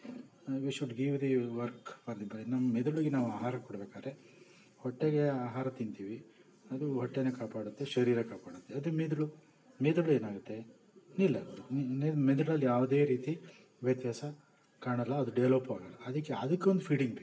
he should give the work for the brain ನಮ್ಮ ಮೆದುಳಿಗೆ ನಾವು ಆಹಾರ ಕೊಡ್ಬೇಕಾರೆ ಹೊಟ್ಟೆಗೆ ಆಹಾರ ತಿಂತಿವಿ ಅದು ಹೊಟ್ಟೇನ ಕಾಪಾಡುತ್ತೆ ಶರೀರ ಕಾಪಾಡುತ್ತೆ ಅದೇ ಮೆದುಳು ಮೆದುಳು ಏನಾಗತ್ತೆ ನಿಲ್ಲಲ್ಲ ಮೆದುಳಲ್ಲಿ ಯಾವುದೇ ರೀತಿ ವ್ಯತ್ಯಾಸ ಕಾಣಲ್ಲ ಅದು ಡೆವಲಪ್ಪೂ ಆಗಲ್ಲ ಅದಕ್ಕೆ ಅದಕ್ಕೊಂದು ಫೀಡಿಂಗ್ ಬೇಕು